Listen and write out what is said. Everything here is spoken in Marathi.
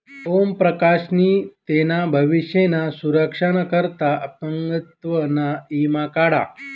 ओम प्रकाश नी तेना भविष्य ना सुरक्षा ना करता अपंगत्व ना ईमा काढा